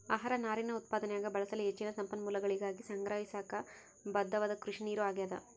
ಆಹಾರ ನಾರಿನ ಉತ್ಪಾದನ್ಯಾಗ ಬಳಸಲು ಹೆಚ್ಚಿನ ಸಂಪನ್ಮೂಲಗಳಿಗಾಗಿ ಸಂಗ್ರಹಿಸಾಕ ಬದ್ಧವಾದ ಕೃಷಿನೀರು ಆಗ್ಯಾದ